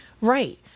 Right